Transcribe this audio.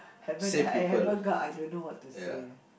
haven't I ever got I don't know what to say eh